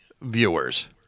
viewers